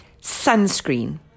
sunscreen